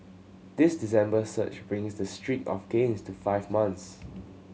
this December surge brings the streak of gains to five months